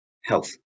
health